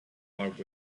love